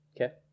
Okay